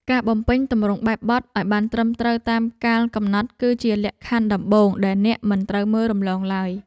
ការបំពេញទម្រង់បែបបទឱ្យបានត្រឹមត្រូវតាមកាលកំណត់គឺជាលក្ខខណ្ឌដំបូងដែលអ្នកមិនត្រូវមើលរំលងឡើយ។